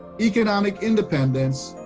economic independence,